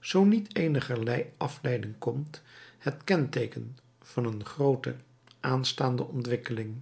zoo niet eenigerlei afleiding komt het kenteeken van een groote aanstaande ontwikkeling